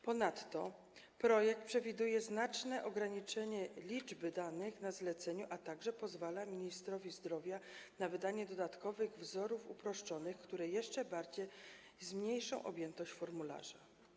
Ponadto projekt przewiduje znaczne ograniczenie liczby danych na zleceniu, a także pozwala ministrowi zdrowia na wydanie dodatkowych wzorów uproszczonych, żeby jeszcze bardziej zmniejszyć objętość formularza.